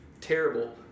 Terrible